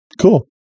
cool